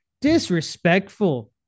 disrespectful